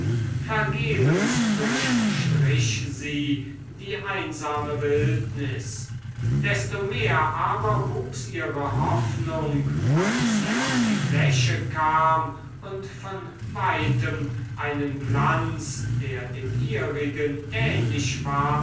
vergebens durchstrich sie die einsame wildnis desto mehr aber wuchs ihre hoffnung als sie auf die fläche kam und von weitem einen glanz der dem ihrigen ähnlich war